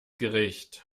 gericht